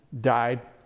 died